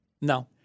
No